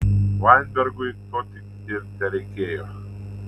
vainbergui to tik ir tereikėjo